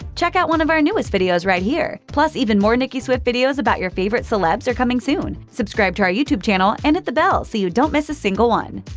check out one of our newest videos right here! plus, even more nicki swift videos about your favorite celebs are coming soon. subscribe to our youtube channel and hit the bell so you don't miss a single one.